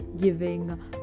giving